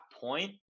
point